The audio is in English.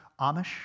Amish